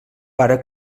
pare